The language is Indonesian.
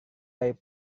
dari